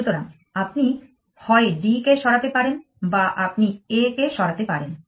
সুতরাং আপনি হয় d কে সরাতে পারেন বা আপনি a কে সরাতে পারেন